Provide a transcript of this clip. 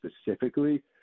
specifically